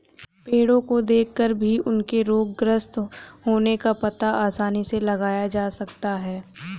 पेड़ो को देखकर भी उनके रोगग्रस्त होने का पता आसानी से लगाया जा सकता है